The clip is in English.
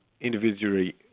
individually